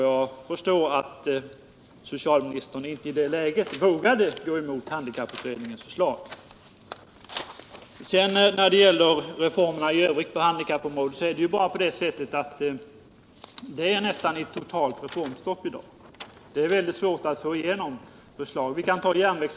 Jag förstår att socialminister Gustavsson i det läget inte vågade gå emot handikapputredningens förslag. När det gäller reformerna i övrigt på handikappområdet är det ju i dag nästan ett totalt reformstopp. Det är mycket svårt att få igenom nya förslag på det området.